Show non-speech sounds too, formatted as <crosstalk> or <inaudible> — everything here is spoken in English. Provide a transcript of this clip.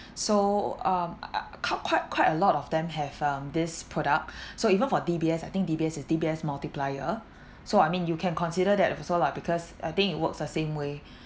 so um a~ quite quite quite a lot of them have um this product <breath> so even for D_B_S I think D_B_S is D_B_S multiplier so I mean you can consider that also lah because I think it works the same way